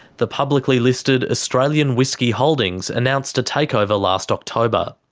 the publicly listed australian whisky holdings announced a takeover last october.